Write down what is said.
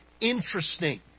interesting